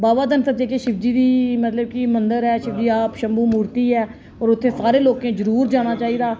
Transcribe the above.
बाबा धनसर जेह्की शिवजी दी मतलब कि मंदर ऐ शिवजी दा आप शम्भू मुर्ति ऐ होर उत्थें सारें लोकें जरूर जाना चाहिदा